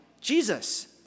Jesus